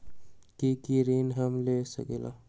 की की ऋण हम ले सकेला?